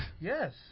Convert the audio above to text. Yes